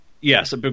yes